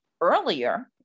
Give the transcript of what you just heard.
earlier